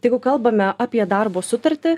tai jeigu kalbame apie darbo sutartį